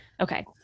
Okay